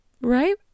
right